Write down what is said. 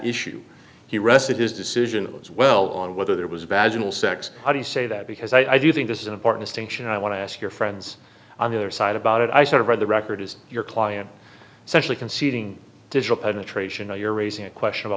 issue he rested his decision as well on whether there was a badge and all sex how do you say that because i do think this is an important station and i want to ask your friends on the other side about i sort of on the record is your client specially conceding digital penetration or you're raising a question about